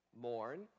mourn